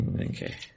Okay